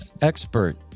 expert